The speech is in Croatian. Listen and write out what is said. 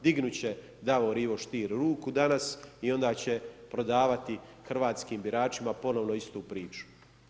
Dignut će Davor Ivo Stier ruku danas i onda će prodavati hrvatskim biračima ponovno istu priču.